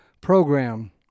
program